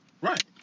Right